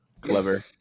Clever